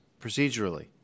procedurally